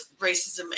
racism